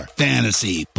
fantasy